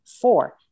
Four